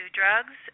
drugs